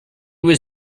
was